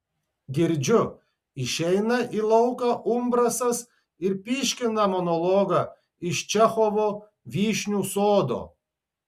girdžiu išeina į lauką umbrasas ir pyškina monologą iš čechovo vyšnių sodo